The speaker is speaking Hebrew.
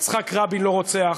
יצחק רבין לא רוצח,